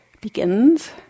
begins